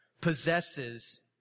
possesses